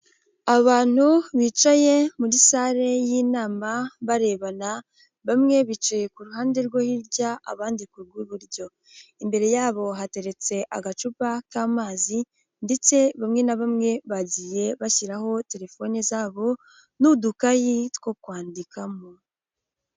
Abantu bicaye muri sare y'inama barebana, bamwe bicaye ku ruhande rwo hirya abandi ku rw'iburyo. Imbere yabo hateretse agacupa k'amazi ndetse bamwe na bamwe bagiye bashyiraho telefone zabo n'udukayi two kwandikamo.